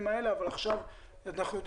רק שני